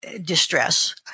Distress